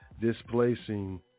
displacing